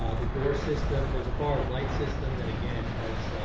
ah the door system, there's a bar light system that again has,